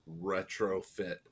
retrofit